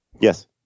Yes